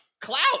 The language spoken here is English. clout